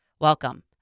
welcome